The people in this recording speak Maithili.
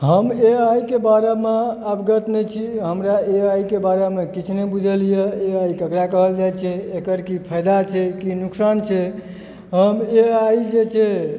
हम ए आइ के बारेमे अवगत नहि छी हमरा ए आइ के बारेमे किछु नहि बुझल यऽ ए आइ केकरा कहल जाइत छै एकर की फायदा छै की नुकसान छै हम ए आइ जे छै